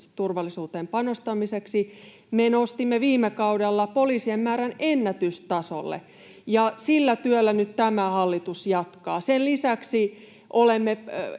turvallisuuteen panostamiseksi. Me nostimme viime kaudella poliisien määrän ennätystasolle, ja sillä työllä nyt tämä hallitus jatkaa. Sen lisäksi olemme